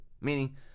meaning